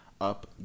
up